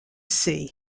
sea